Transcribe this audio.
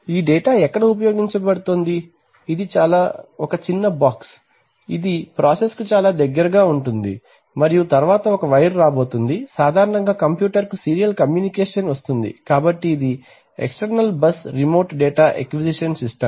ఈ డేటా ఎక్కడ ఉపయోగించబడుతోంది ఇది ఒక చిన్న బాక్స్ ఇది ప్రాసెస్ కు చాలా దగ్గరగా ఉంటుంది మరియు తరువాత ఒక వైర్ రాబోతుంది సాధారణంగా కంప్యూటర్కు సీరియల్ కమ్యూనికేషన్ వస్తుంది కాబట్టి ఇది external bus remote data acquisition system